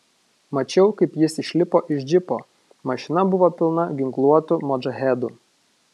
mačiau kaip jis išlipo iš džipo mašina buvo pilna ginkluotų modžahedų